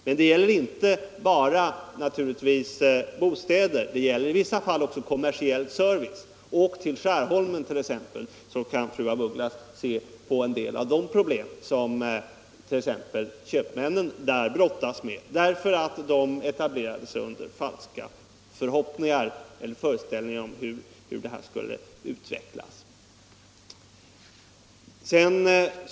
Men detta gäller naturligtvis inte bara bostäder, utan det gäller i vissa fall också kommersiell service. Res ut till Skärholmen t.ex., så kan fru af Ugglas se en del av de problem som bland andra köpmännen brottas med därför att de etablerat sig där under falska föreställningar om hur framtiden skulle utveckla sig.